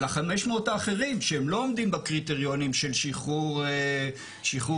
אבל ה-500 האחרים שהם לא עומדים בקריטריונים של שחרור מנהלי,